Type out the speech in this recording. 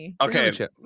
Okay